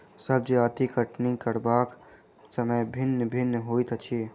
सभ जजतिक कटनी करबाक समय भिन्न भिन्न होइत अछि